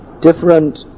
different